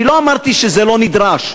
אני לא אמרתי שזה לא נדרש,